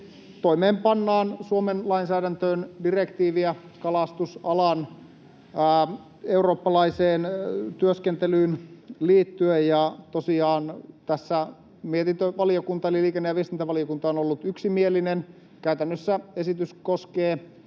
toimeenpannaan Suomen lainsäädäntöön direktiiviä eurooppalaiseen kalastusalan työskentelyyn liittyen, ja tässä mietintövaliokunta eli liikenne- ja viestintävaliokunta on ollut yksimielinen. Käytännössä esitys koskee